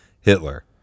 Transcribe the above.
Hitler